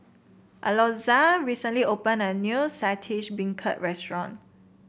Alonza recently opened a new Saltish Beancurd restaurant